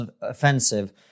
offensive